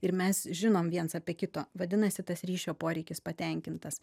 ir mes žinom viens apie kito vadinasi tas ryšio poreikis patenkintas